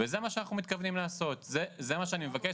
וזה מה שאנחנו מתכוונים לעשות, זה מה שאני מבקש.